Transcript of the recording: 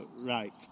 Right